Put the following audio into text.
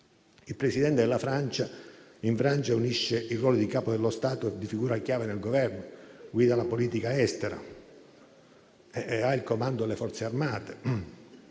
Il Presidente della Francia unisce il ruolo di capo dello Stato a quello di figura chiave nel Governo, guida la politica estera e ha il comando delle Forze armate.